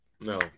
No